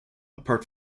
apart